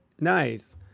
Nice